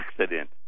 accident